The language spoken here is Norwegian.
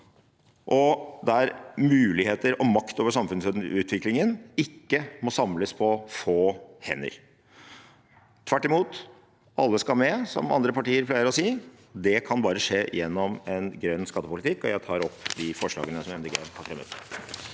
og muligheter og makt over samfunnsutviklingen ikke må samles på få hender. Tvert imot: Alle skal med, som andre partier pleier å si. Det kan bare skje gjennom en grønn skattepolitikk. Kjell Ingolf Ropstad (KrF)